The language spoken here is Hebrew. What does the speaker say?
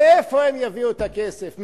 מאיפה הם יביאו את הכסף,